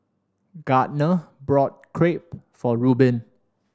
Gardner bought Crepe for Rubin